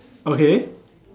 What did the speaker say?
okay